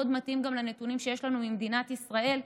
מאוד מתאים גם לנתונים שיש לנו ממדינת ישראל: